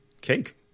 Cake